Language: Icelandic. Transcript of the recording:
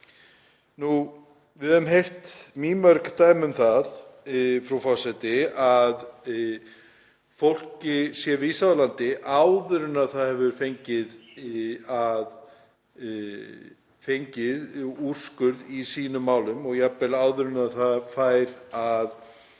Við höfum heyrt mýmörg dæmi um það, frú forseti, að fólki sé vísað úr landi áður en það hefur fengið úrskurð í sínum málum og jafnvel áður en það fær að